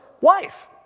wife